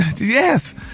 yes